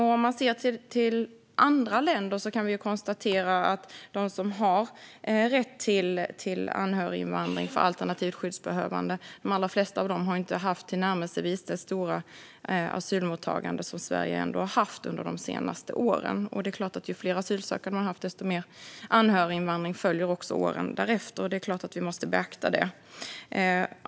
Vi kan konstatera att de flesta andra länder som har en rätt till anhöriginvandring för alternativt skyddsbehövande inte har haft tillnärmelsevis det stora asylmottagande som Sverige har haft under de senaste åren. Det är klart att ju fler asylsökande man har, desto mer anhöriginvandring följer åren därefter. Detta måste vi beakta.